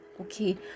okay